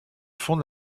fonde